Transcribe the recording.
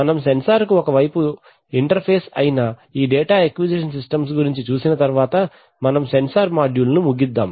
మనం సెన్సార్ కు ఒక వైపు ఇంటర్ఫేస్ అయిన ఈ డేటా అక్విజిషన్ సిస్టమ్స్ గురించి చూసిన తర్వాత మనం సెన్సార్ మాడ్యూల్ ను ముగిద్దాం